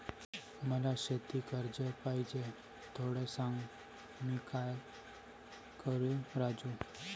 मला शेती कर्ज पाहिजे, थोडं सांग, मी काय करू राजू?